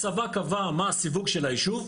הצבא קבע מה הסיווג של היישוב,